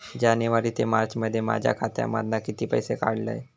जानेवारी ते मार्चमध्ये माझ्या खात्यामधना किती पैसे काढलय?